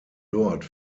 dort